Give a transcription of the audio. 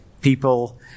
people